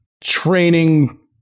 training